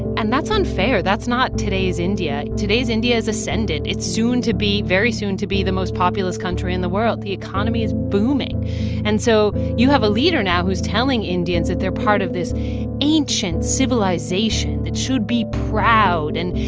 and that's unfair. that's not today's india. today's india has ascended. it's soon to be very soon to be the most populous country in the world. the economy is booming and so you have a leader now who's telling indians that they're part of this ancient civilization that should be proud and,